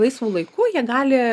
laisvu laiku jie gali